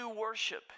worship